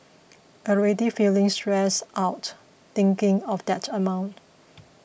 already feeling stressed out thinking of that amount